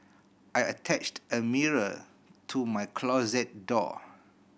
I attached a mirror to my closet door